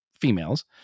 females